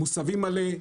דהיינו, מוסבים מלא,